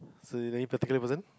so is any particular person